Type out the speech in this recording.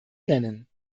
nennen